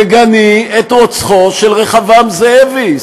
תגני את רוצחו של רחבעם זאבי,